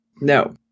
No